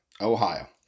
Ohio